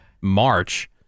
March